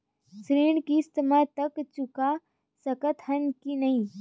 ऋण किस्त मा तक चुका सकत हन कि नहीं?